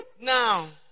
Now